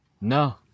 No